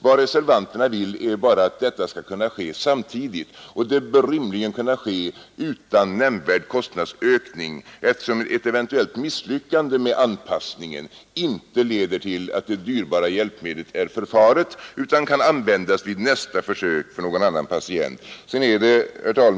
Vad reservanterna föreslår är bara att detta skall kunna ske samtidigt, och det bör rimligen kunna ske utan nämnvärd kostnadsökning, eftersom ett eventuellt misslyckande med anpassningen inte leder till att det dyrbara hjälpmedlet förfars, utan det kan användas vid ett nytt besök för någon annan patient.